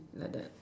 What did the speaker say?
like that